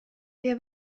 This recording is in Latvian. pie